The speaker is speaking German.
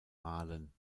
malen